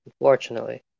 Unfortunately